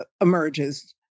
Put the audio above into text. emerges